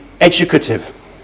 educative